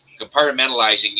compartmentalizing